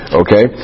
okay